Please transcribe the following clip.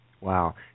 Wow